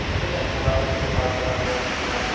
ᱟᱹᱰᱤᱜᱟᱱ ᱴᱚᱞᱟ ᱨᱮᱱ ᱡᱚᱴᱟᱣ ᱠᱚᱲᱟ ᱠᱚ ᱥᱟᱞᱟᱜ